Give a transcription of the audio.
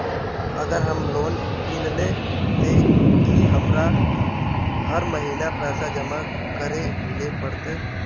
अगर हम लोन किनले ते की हमरा हर महीना पैसा जमा करे ले पड़ते?